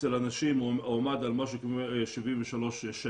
אצל הנשים הוא עמד על משהו כמו 73 שנים,